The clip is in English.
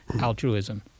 altruism